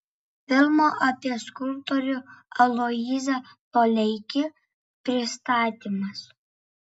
filmo apie skulptorių aloyzą toleikį pristatymas